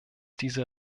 diese